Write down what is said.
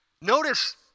Notice